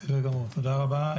בסדר גמור, תודה רבה.